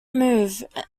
move